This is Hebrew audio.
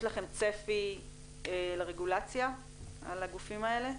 יש לכם צפי לרגולציה על הגופים האלה?